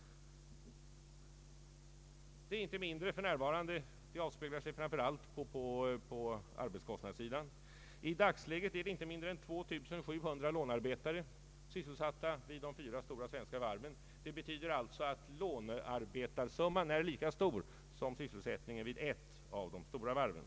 I dagens läge är inte mindre än 2 700 lånearbetare sysselsatta vid de fyra stora svenska varven. Detta avspeglar sig framför allt på arbetskostnadssidan. Det betyder alltså att lånearbetarsumman är lika stor som sysselsättningen vid ett av de stora varven.